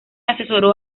asesoró